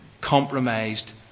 Compromised